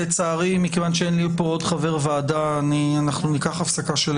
מכיוון שאין לי כאן עוד חבר ועדה אנחנו ניקח הפסקה של